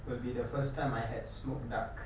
will be the first time I had smoked duck